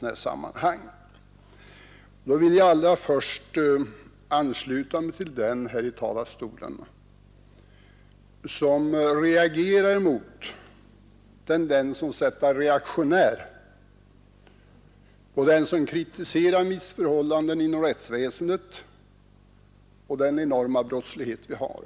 Allra först vill jag ansluta mig till de talare som reagerar mot tendensen att sätta etiketten ”reaktionär” på den som kritiserar missförhållandena inom rättsväsendet och den enorma brottslighet vi har.